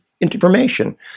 information